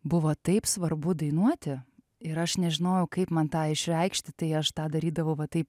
buvo taip svarbu dainuoti ir aš nežinojau kaip man tą išreikšti tai aš tą darydavau va taip